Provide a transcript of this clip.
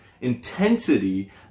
intensity